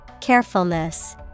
Carefulness